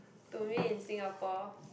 to me in Singapore